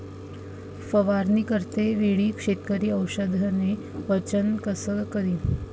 फवारणी करते वेळी शेतकरी औषधचे वजन कस करीन?